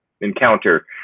encounter